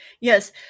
Yes